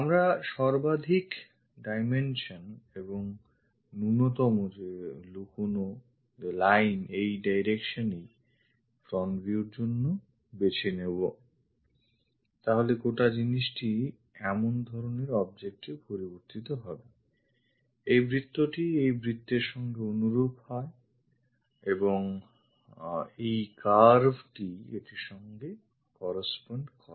আমরা সর্বাধিক dimension এবং ন্যূনতম লুকোনো line এই direction ই front view র জন্য বেছে নেব তাহলে গোটা জিনিসটি এমন ধরনের object এ পরিবর্তিত হবে এই বৃত্তটি এই বৃত্তের সঙ্গে অনুরূপ হয়correspond করে এবং এই curveটি এটির সঙ্গে correspond করে